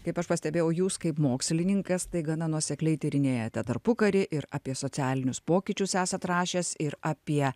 kaip aš pastebėjau jūs kaip mokslininkas tai gana nuosekliai tyrinėjate tarpukarį ir apie socialinius pokyčius esat rašęs ir apie